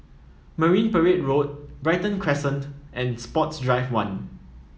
Marine Parade Road Brighton Crescent and Sports Drive One